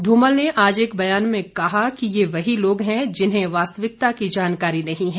धूमल ने आज एक ब्यान में कहा कि ये वही लोग हैं जिन्हें वास्तविकता की जानकारी नहीं है